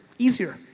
easier.